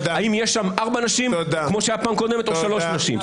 האם יש שם ארבע נשים כמו שהיה בפעם הקודמת או שלוש נשים,